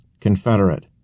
Confederate